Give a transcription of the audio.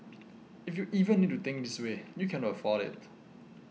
if you even need to think this way you cannot afford it